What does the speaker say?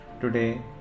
Today